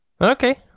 okay